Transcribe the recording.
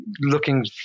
looking